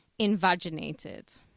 invaginated